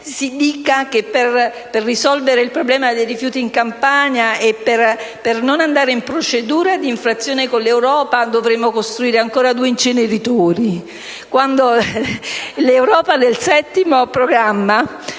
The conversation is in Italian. dica che per risolvere il problema dei rifiuti in Campania e per non andare in procedura d'infrazione con l'Europa dovremo costruire ancora due inceneritori, quando l'Europa del Settimo programma